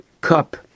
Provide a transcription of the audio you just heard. cup